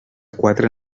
quatre